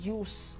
use